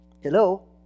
Hello